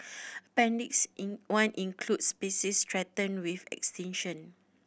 appendix in one includes species threatened with extinction